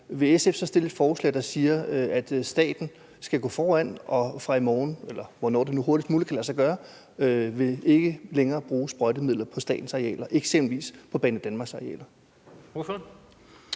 vil SF så stille et forslag, der siger, at staten skal gå foran og fra i morgen – eller hvornår det hurtigst muligt kan lade sig gøre – ikke længere vil bruge sprøjtemidler på statens arealer, eksempelvis på Banedanmarks arealer?